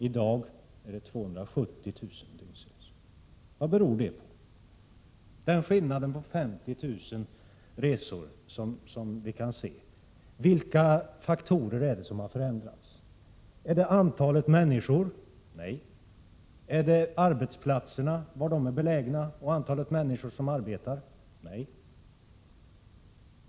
I dag är det 270 000. Vad beror det på? Det är en skillnad på 50 000 dygnsresor. Vilka faktorer är det som har förändrats? Är det antalet människor? Nej. Är det arbetsplatsernas belägenhet och antalet människor som arbetar? Nej.